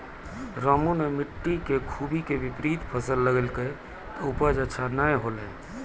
रामू नॅ मिट्टी के खूबी के विपरीत फसल लगैलकै त उपज अच्छा नाय होलै